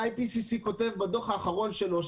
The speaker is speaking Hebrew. ה-IPCC כותב בדוח האחרון שלו,